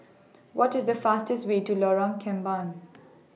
What IS The fastest Way to Lorong Kembagan